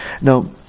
Now